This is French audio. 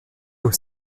aux